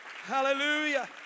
Hallelujah